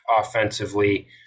offensively